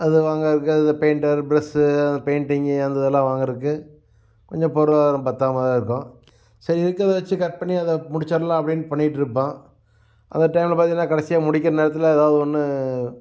அது வாங்குறதுக்கு அந்த பெயிண்டர் ப்ரஷு அந்த பெயிண்ட்டிங்கு அந்த இதெலாம் வாங்குறதுக்கு கொஞ்சம் பொருளாதாரம் பத்தாமல்தான் இருக்கும் சரி இருக்கதை வச்சு கரெக்ட் பண்ணி அதை முடிச்சடலாம் அப்படின்னு பண்ணிகிட்ருப்போம் அந்த டைம்ல பார்த்திங்கன்னா கடைசியாக முடிக்கிற நேரத்தில் ஏதாவது ஒன்று